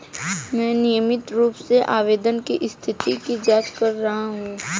मैं नियमित रूप से आवेदन की स्थिति की जाँच कर रहा हूँ